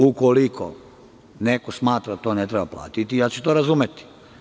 Ukoliko neko smatra da to ne treba platiti, ja ću to razumeti.